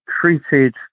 treated